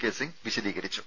K Singh വിശദീകരിച്ചു